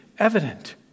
evident